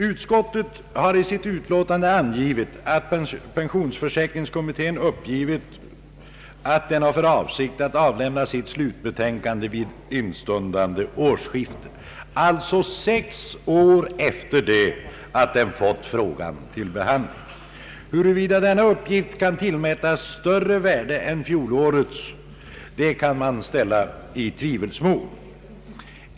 Utskottet har i sitt utlåtande angivit att pensionsförsäkringskommittén uppgivit att den har för avsikt att avlämna sitt slutbetänkande vid instundande årsskifte, alltså sex år efter det att den fått frågan till behandling. Huruvida denna uppgift kan tillmätas större värde än fjolårets kan ställas i tvivelsmål.